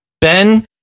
Ben